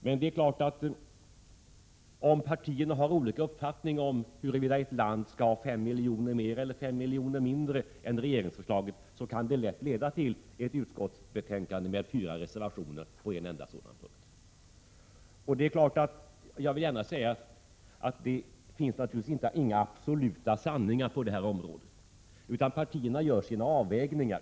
Men det är klart, att om partierna har olika uppfattningar om huruvida ett land skall ha 5 miljoner mer eller 5 miljoner mindre än regeringsförslaget anger, kan det lätt leda till ett utskottsbetänkande med 4 reservationer på en enda sådan punkt. Jag vill gärna säga att det naturligtvis inte finns några sanningar på det här området, utan partierna gör sina avvägningar.